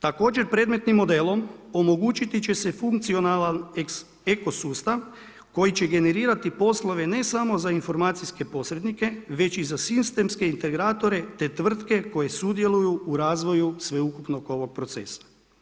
Također predmetnim modelom, omogućiti će se funkcionalan eko sustav, koji će generirati poslove, ne samo za informacijske posrednike, već i za sistemske integratore te tvrtke koje sudjeluju u razvoju sveukupnog ovog procesa.